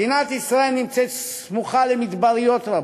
מדינת ישראל סמוכה למדבריות רבים,